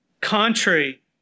contrary